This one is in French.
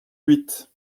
huit